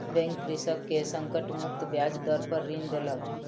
bank कृषक के संकट मुक्त ब्याज दर पर ऋण देलक